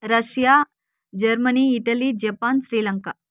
Russia Germany Italy Japan Sri Lanka